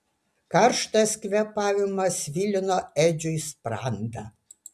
karštas kvėpavimas svilino edžiui sprandą